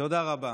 תודה רבה.